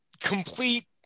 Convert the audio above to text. complete